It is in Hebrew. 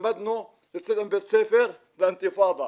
למדנו, יצאנו מבית ספר אינתיפאדה,